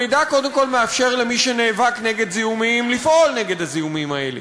המידע קודם כול מאפשר למי שנאבק נגד זיהומים לפעול נגד הזיהומים האלה.